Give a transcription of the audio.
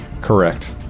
Correct